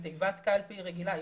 היא תיבת קלפי רגילה,